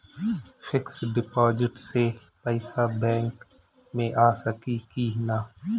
Fix deposit से पैसा back मे आ सकी कि ना?